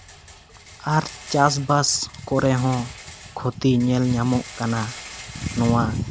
ᱟᱨ ᱪᱟᱥᱼᱵᱟᱥ ᱠᱚᱨᱮ ᱦᱚᱸ ᱠᱷᱚᱛᱤ ᱧᱮᱞ ᱧᱟᱢᱚᱜ ᱠᱟᱱᱟ ᱱᱚᱣᱟ